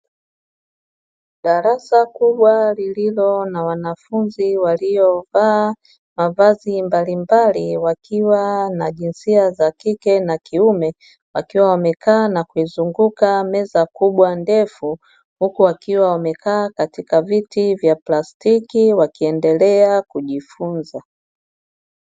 Darasa kubwa lililo na wanafunzi waliovaa mavazi mbalimbali wakiwa na jinsia za kike na kiume, wakiwa wamekaa na kuizunguka meza kubwa ndefu, huku wakiwa wamekaa katika viti vya plastiki wakiendelea kujifunza.